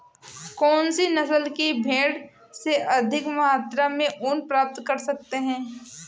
कौनसी नस्ल की भेड़ से अधिक मात्रा में ऊन प्राप्त कर सकते हैं?